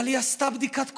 אבל היא עשתה בדיקת קורונה.